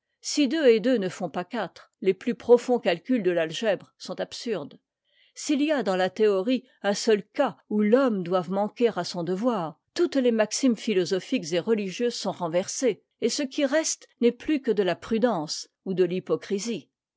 si deux et deux ne font pas quatre les plus profonds calculs de'l'algèbre sont absurdes s'il y a dans la théorie un seul cas où l'homme doive manquer à son devoir toutes les maximes philosophiques et religieuses sont renversées et ce qui reste n'est plus que de la prudence ou de l'hypocrisie